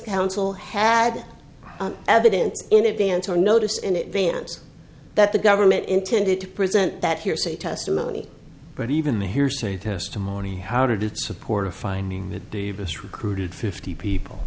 counsel had evidence in advance or notice in advance that the government intended to present that hearsay testimony but even the hearsay testimony how did it support a finding that davis recruited fifty people